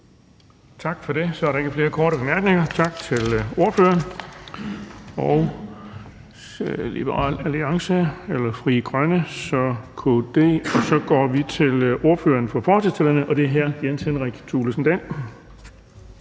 Tak for det. Så er der ikke flere korte bemærkninger. Tak til ordføreren. Så går vi til ordføreren for forslagsstillerne, og det er hr. Jens Henrik Thulesen Dahl.